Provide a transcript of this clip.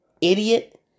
idiot